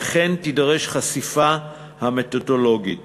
וכן תידרש חשיפה של המתודולוגיות